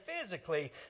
physically